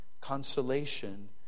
consolation